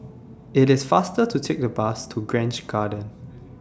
IT IS faster to Take The Bus to Grange Garden